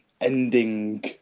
ending